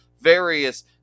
various